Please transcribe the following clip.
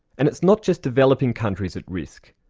and it's not just developing countries at risk.